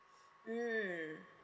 mm